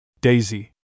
Daisy